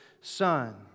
Son